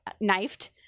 knifed